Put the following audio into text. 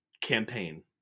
campaign